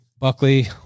Buckley